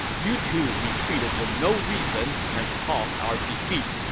you two retreated for no reason and caused our defeat.